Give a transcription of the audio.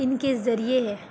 ان کے ذریعے ہے